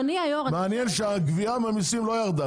מעניין שהגביה מהמיסים לא ירדה,